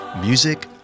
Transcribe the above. music